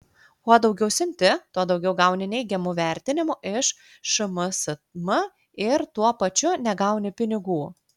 kuo daugiau siunti tuo daugiau gauni neigiamų vertinimų iš šmsm ir tuo pačiu negauni pinigų